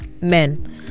men